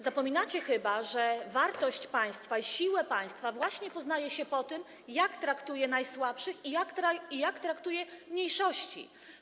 Zapominacie chyba, że wartość państwa i siłę państwa właśnie poznaje się po tym, jak traktuje najsłabszych i jak traktuje mniejszości.